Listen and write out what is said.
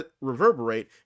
reverberate